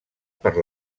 per